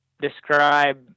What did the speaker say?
describe